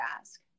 ask